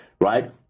right